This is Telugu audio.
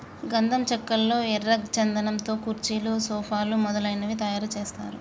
గంధం చెక్కల్లో ఎర్ర చందనం తో కుర్చీలు సోఫాలు మొదలగునవి తయారు చేస్తారు